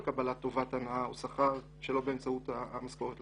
קבלת טובת הנאה או שכר שלא באמצעות המשכורת,